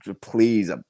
Please